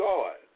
God